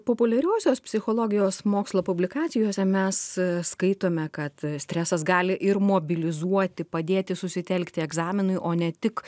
populiariosios psichologijos mokslo publikacijose mes skaitome kad stresas gali ir mobilizuoti padėti susitelkti egzaminui o ne tik